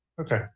Okay